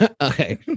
okay